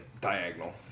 diagonal